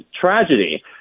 tragedy